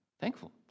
Thankful